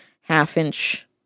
half-inch